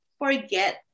forget